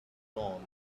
wrong